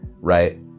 right